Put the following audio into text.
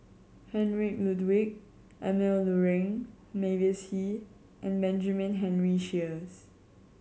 Heinrich Ludwig Emil Luering Mavis Hee and Benjamin Henry Sheares